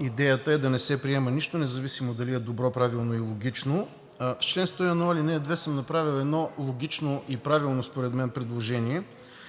идеята е да не се приема нищо, независимо дали е добро, правилно и логично. В чл. 101, ал. 2 съм направил едно логично и правилно според мен предложение,